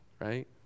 right